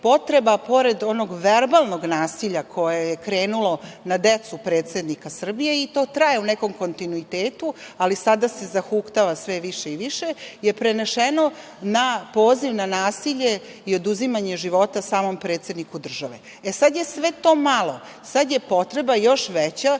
potreba pored onog verbalnog nasilja koje je krenulo na decu predsednika Srbije i to traje u nekom kontinuitetu, ali sada se zahuktav sve više i više, je prenešeno na poziv na nasilje i oduzimanje života samom predsedniku države.E, sada je sve to malo, sad je potreba još veća